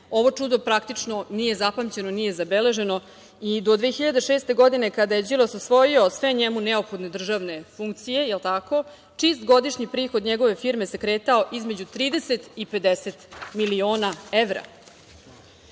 ovo čudo praktično nije zapamćeno, nije zabeleženo i do 2006. godine, kada je Đilas osvojio sve njemu neophodne državne funkcije, jel tako, čist godišnji prihod njegove firme se kretao između 30 i 50 miliona